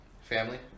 family